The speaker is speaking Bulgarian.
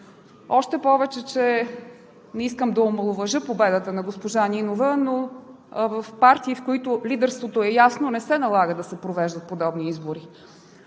Още повече че не искам да омаловажа победата на госпожа Нинова, но в партии, в които лидерството е ясно, не се налага да се провеждат подобни избори.